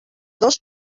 dos